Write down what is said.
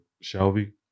Shelby